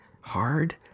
hard